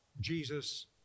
Jesus